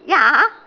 ya